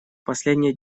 последнее